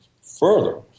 further